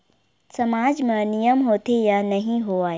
सामाज मा नियम होथे या नहीं हो वाए?